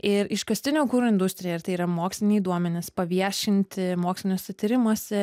ir iškastinio kuro industrija ir tai yra moksliniai duomenys paviešinti moksliniuose tyrimuose